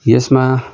यसमा